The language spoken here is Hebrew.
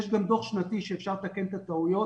יש גם דוח שנתי שאפשר לתקן את הטעויות,